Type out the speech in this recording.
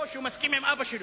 או שהוא מסכים עם אבא שלו.